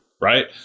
Right